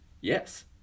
yes